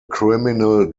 criminal